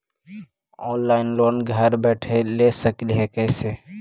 Online loan घर बैठे ले सकली हे, कैसे?